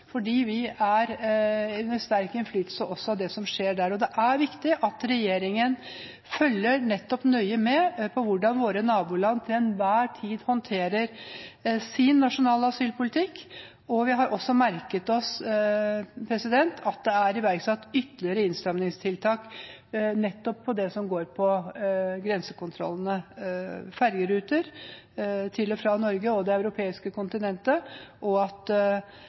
fordi vi også er under sterk innflytelse av det som skjer der. Det er viktig at regjeringen følger nøye med på hvordan våre naboland til enhver tid håndterer sin nasjonale asylpolitikk. Vi har også merket oss at det er iverksatt ytterligere innstramningstiltak nettopp på det som går på grensekontrollene – ferjeruter til og fra Norge og det europeiske kontinentet – og at